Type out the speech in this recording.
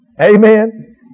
Amen